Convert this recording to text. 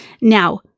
Now